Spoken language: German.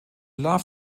love